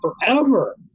forever